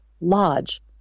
lodge